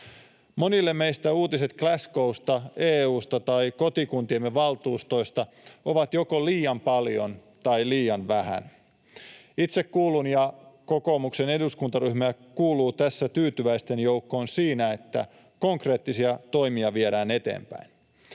Monille meistä uutiset Glasgow’sta, EU:sta tai kotikuntiemme valtuustoista ovat joko liian paljon tai liian vähän. Itse kuulun ja kokoomuksen eduskuntaryhmä kuuluu tässä tyytyväisten joukkoon siinä, että konkreettisia toimia viedään eteenpäin.